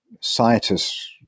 scientists